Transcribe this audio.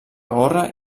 gorra